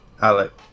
Alex